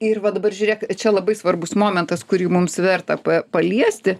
ir va dabar žiūrėk čia labai svarbus momentas kurį mums verta pa paliesti